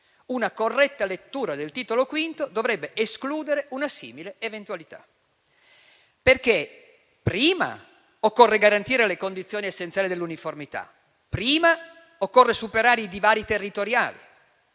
Una corretta lettura del Titolo V dovrebbe escludere una simile eventualità perché prima occorre garantire le condizioni essenziali dell'uniformità, prima occorre superare i divari territoriali